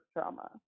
trauma